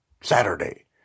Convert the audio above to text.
Saturday